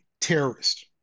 terrorist